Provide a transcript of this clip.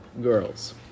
girls